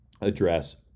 address